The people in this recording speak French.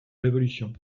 révolution